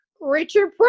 Richard